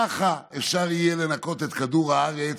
ככה אפשר יהיה לנקות את כדור הארץ